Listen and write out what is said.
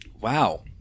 Wow